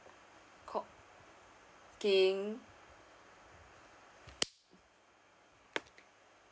call banking